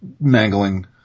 mangling